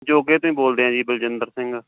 ਜੋਗੇ ਤੋਂ ਹੀ ਬੋਲਦੇ ਹਾਂ ਜੀ ਬਲਜਿੰਦਰ ਸਿੰਘ